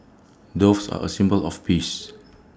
doves are A symbol of peace